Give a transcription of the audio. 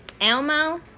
Elmo